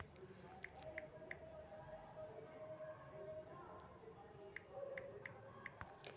तरबूज के फल मिठ आ विटामिन सी आउरो पानी से भरल होई छई